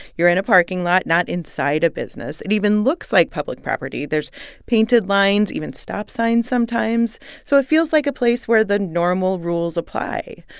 you're in a parking lot, not inside a business. it even looks like public property. there's painted lines, even stop signs sometimes. so it feels like a place where the normal rules apply.